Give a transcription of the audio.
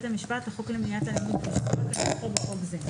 המשפט לחוק למניעת אלימות במשפחה כנוסחו בחוק זה בכל חודש,